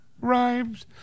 rhymes